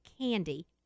candy